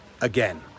again